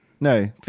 No